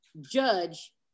judge